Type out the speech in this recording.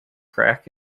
crack